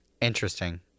Interesting